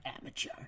amateur